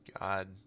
God